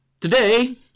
Today